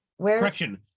Correction